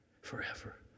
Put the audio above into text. forever